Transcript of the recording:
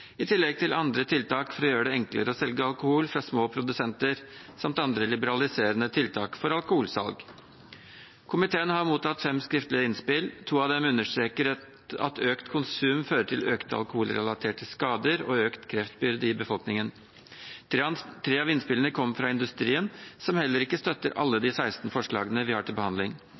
i tillegg til andre tiltak for å gjøre det enklere å selge alkohol fra små produsenter samt andre liberaliserende tiltak for alkoholsalg. Komiteen har mottatt fem skriftlige innspill. To av dem understreker at økt konsum fører til økte alkoholrelaterte skader og økt kreftbyrde i befolkningen. Tre av innspillene kommer fra industrien, som heller ikke støtter alle de 16 forslagene vi har til behandling.